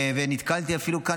ונתקלתי אפילו כאן,